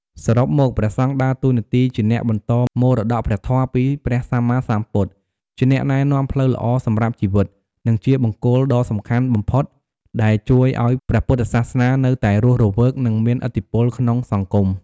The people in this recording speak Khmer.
សរុបមក ព្រះសង្ឃដើរតួនាទីជាអ្នកបន្តមរតកព្រះធម៌ពីព្រះសម្មាសម្ពុទ្ធ ជាអ្នកណែនាំផ្លូវល្អសម្រាប់ជីវិត និងជាបង្គោលដ៏សំខាន់បំផុតដែលជួយឱ្យព្រះពុទ្ធសាសនានៅតែរស់រវើក និងមានឥទ្ធិពលក្នុងសង្គម។